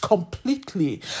completely